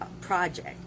project